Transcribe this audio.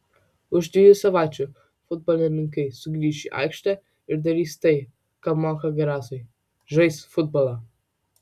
už dviejų savaičių futbolininkai sugrįš į aikštę ir darys tai ką moka geriausiai žais futbolą